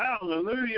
Hallelujah